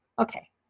Okay